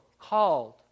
called